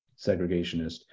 segregationist